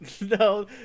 No